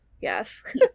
yes